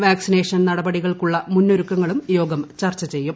vaccination നടപടികൾക്കുള്ള മുന്നൊരുക്കങ്ങളം യോഗം ചർച്ച ചെയ്യും